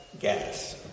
gas